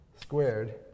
squared